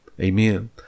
Amen